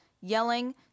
yelling